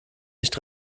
nicht